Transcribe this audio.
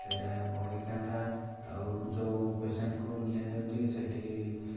ତ ସେଇଟା ଭଲ ହେଇଥାନ୍ତା ଆଉ ଯୋଉ ପେସେଣ୍ଟ୍କୁ ନିଆଯାଉଛି ସେଠି